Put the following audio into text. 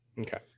Okay